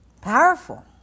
Powerful